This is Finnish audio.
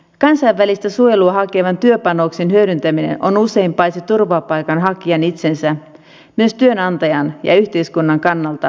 kansainvälistä suojelua hakevan työpanoksen hyödyntäminen on usein paitsi turvapaikanhakijan itsensä myös työnantajan ja yhteiskunnan kannalta tarkoituksenmukaista